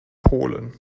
polen